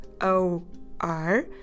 O-R